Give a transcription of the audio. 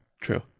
True